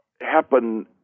happen